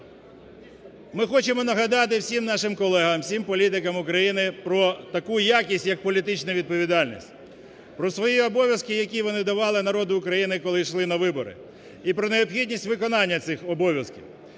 Ми хочемо нагадати всім нашим колегам, всім політикам України про таку якість як політична відповідальність, про свої обов'язки, які вони давали народу України, коли йшли на вибори і про необхідність виконання цих обов'язків.